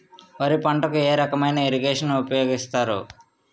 వరి పంటకు ఏ రకమైన ఇరగేషన్ ఉపయోగిస్తారు?